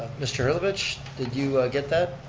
mr. herlovitch, did you ah get that?